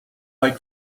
like